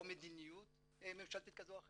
או מדיניות ממשלתית כזו או אחרת,